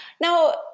Now